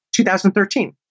2013